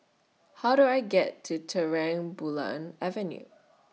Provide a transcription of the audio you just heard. How Do I get to Terang Bulan Avenue